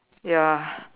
ya